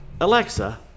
Alexa